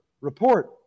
report